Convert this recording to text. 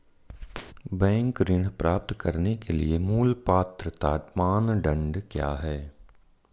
Bank ऋण प्राप्त करने के लिए मूल पात्रता मानदंड क्या हैं?